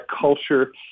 culture